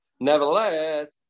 Nevertheless